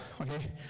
Okay